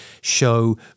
show